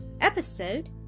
Episode